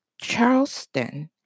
Charleston